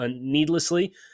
needlessly